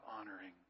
honoring